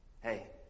hey